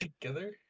Together